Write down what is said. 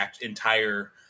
entire